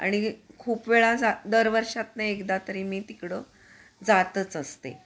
आणि खूप वेळा जा दर वर्षातून एकदा तरी मी तिकडं जातच असते